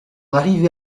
arrivée